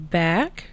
back